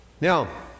Now